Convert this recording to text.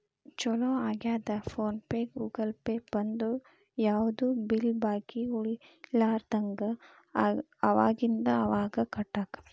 ಚೊಲೋ ಆಗ್ಯದ PhonePe Google Pay ಬಂದು ಯಾವ್ದು ಬಿಲ್ ಬಾಕಿ ಉಳಿಲಾರದಂಗ ಅವಾಗಿಂದ ಅವಾಗ ಕಟ್ಟಾಕ